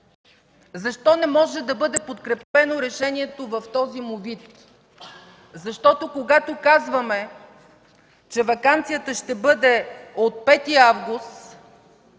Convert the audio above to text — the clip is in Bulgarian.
Защо не може да бъде подкрепено решението в този му вид? Защото когато казваме, че ваканцията ще бъде от 5 август,